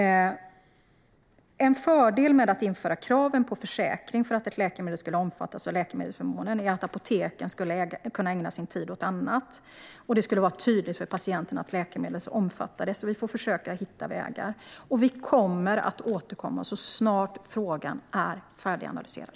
En fördel med att införa krav på försäkring för att ett läkemedel ska omfattas av läkemedelsförmånen är att apoteken skulle kunna ägna sin tid åt annat och det skulle vara tydligt för patienten att läkemedlet omfattas. Vi får försöka hitta vägar, och vi kommer att återkomma så snart frågan är färdiganalyserad.